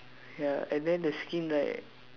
ya and then the skin right